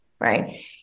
right